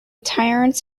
tyrants